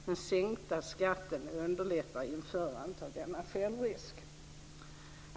Den sänkta skatten underlättar införandet av denna självrisk.